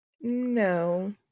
No